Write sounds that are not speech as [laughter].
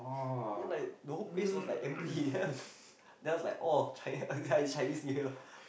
then like the whole place was like empty [laughs] then I was like oh Chinese yeah it's Chinese New Year [laughs]